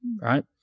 right